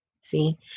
see